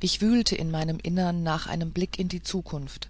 ich wühlte in meinem innern nach einem blick in die zukunft